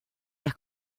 las